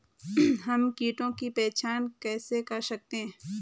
हम कीटों की पहचान कैसे कर सकते हैं?